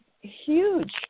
huge